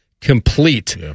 complete